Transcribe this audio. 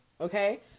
Okay